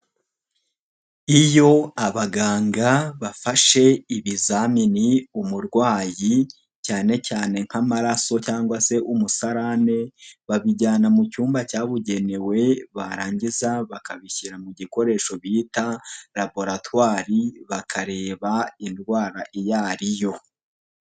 Iyo abaganga bafashe ibizamini umurwayi cyane cyane nk'amaraso cyangwa se umusarane, babijyana mu cyumba cyabugenewe barangiza bakabishyira mu gikoresho bita raboratwari bakareba indwara iyo ari yo.